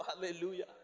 hallelujah